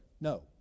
No